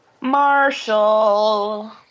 Marshall